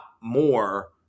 more